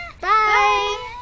Bye